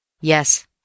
Yes